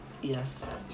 Yes